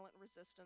resistance